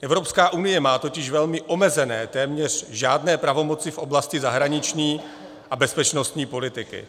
Evropská unie má totiž velmi omezené, téměř žádné pravomoci v oblasti zahraniční a bezpečnostní politiky.